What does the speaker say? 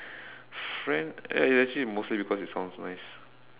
French ya it's actually mostly because it sounds nice